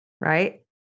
right